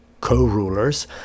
co-rulers